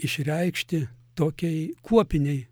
išreikšti tokiai kuopinei